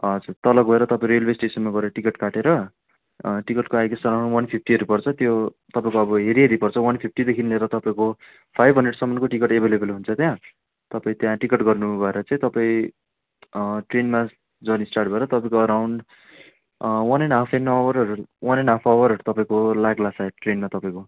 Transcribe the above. हजुर तल गएर तपाईँ रेलवे स्टेसनमा गएर टिकट काटेर टिकटको आई गेस अराउन्ड वान फिफ्टीहरू पर्छ त्यो तपाईँको अब हेरी हेरी पर्छ वान फिफ्टीदेखि लिएर तपाईँको फाइभ हन्ड्रेडसम्मको टिकट एभाइलेवल हुन्छ त्यहाँ तपाईँ त्यहाँ टिकट गर्नु भएर चाहिँ तपाईँ ट्रेनमा जर्नी स्टार्ट भएर तपाईँको around one and half an आवरहरू वान एन्ड हाफ आवरहरू तपाईँको लाग्ला सायद ट्रेनमा तपाईँको